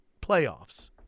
playoffs